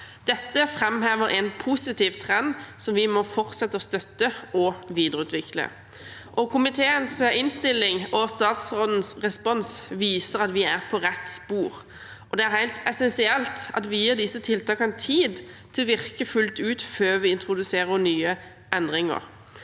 Dette framhever en positiv trend som vi må fortsette å støtte og videreutvikle. Komiteens innstilling og statsrådens respons viser at vi er på rett spor, og det er helt essensielt at vi gir disse tiltakene tid til å virke fullt ut før vi introduserer nye endringer.